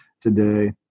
today